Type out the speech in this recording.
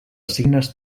signes